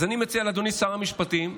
אז אני מציע לאדוני, שר המשפטים: